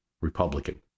Republican